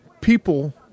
people